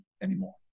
anymore